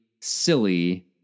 silly